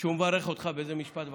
הוא מברך אותך באיזה משפט וחצי.